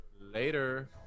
later